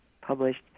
published